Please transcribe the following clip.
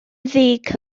ddig